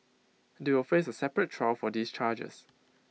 they will face A separate trial for these charges